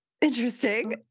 Interesting